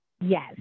Yes